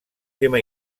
tema